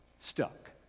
stuck